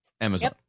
Amazon